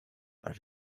per